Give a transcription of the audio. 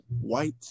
white